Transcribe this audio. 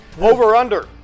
Over-under